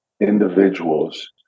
individuals